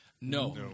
No